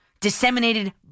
disseminated